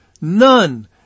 none